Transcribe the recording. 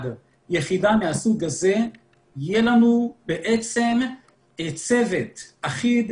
יחידה מהסוג הזה יהיה לנו בעצם צוות אחיד,